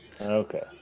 Okay